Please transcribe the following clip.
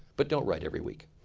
but don't write every week.